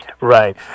right